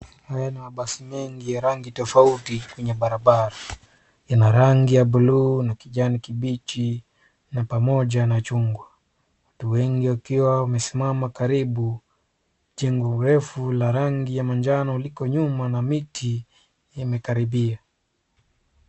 Haya ni mabasi mengi ya rangi tofauti kwenye barabara. Ina rangi ya buluu na kijani kibichi na pamoja na chungwa, watu wengi wakiwa wamesimama karibu, jengo refu la rangi ya manjano liko nyuma na miti yamekaribia.